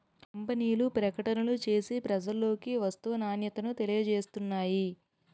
కంపెనీలు ప్రకటనలు చేసి ప్రజలలోకి వస్తువు నాణ్యతను తెలియజేస్తున్నాయి